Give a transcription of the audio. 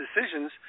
decisions